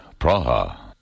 Praha